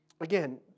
Again